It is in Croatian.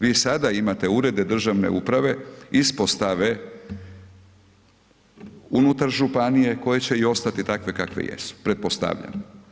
Vi i sada imate urede državne uprave, ispostave unutar županije koje će i ostati takve kakve jesu, pretpostavljamo.